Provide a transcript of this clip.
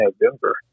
November